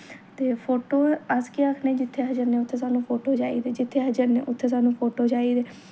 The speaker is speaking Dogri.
ते फोटो अस केह् आखने जित्थें अस जन्ने उत्थें सानू फोटो चाहिदे जित्थें अस जन्ने उत्थें सानू फोटो चाहिदे